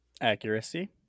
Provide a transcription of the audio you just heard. Accuracy